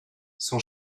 son